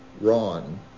Ron